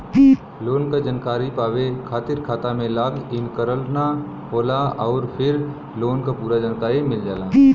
loan क जानकारी पावे खातिर खाता में लॉग इन करना होला आउर फिर लोन क पूरा जानकारी मिल जाला